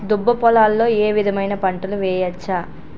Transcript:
దుబ్బ పొలాల్లో ఏ విధమైన పంటలు వేయచ్చా?